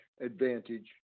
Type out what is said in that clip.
advantage